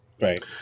Right